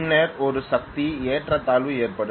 பின்னர் ஒரு சக்தி ஏற்றத்தாழ்வு ஏற்படும்